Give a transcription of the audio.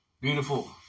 beautiful